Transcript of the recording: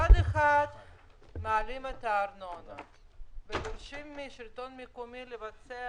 מצד אחד מעלים את הארנונה ודורשים מהשלטון המקומי לבצע,